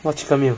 what chicken meal